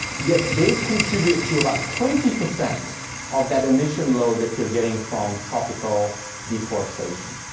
yet they contribute to about twenty percent of that emission load that you're getting from tropical deforestation.